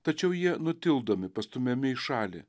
tačiau jie nutildomi pastumiami į šalį